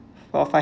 for